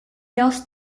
else